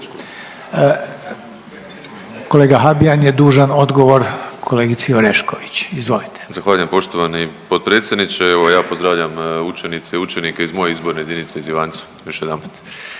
Kolega Habijan je dužan odgovor kolegici Orešković. Izvolite. **Habijan, Damir (HDZ)** Zahvaljujem poštovani potpredsjedniče. Evo ja pozdravljam učenice i učenike iz moje izborne jedinice iz Ivanca još jedanput.